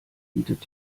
bietet